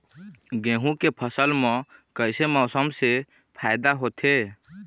गेहूं के फसल म कइसे मौसम से फायदा होथे?